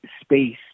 space